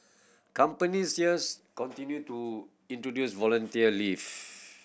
companies there's continue to introduce volunteer leave